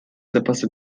zapasy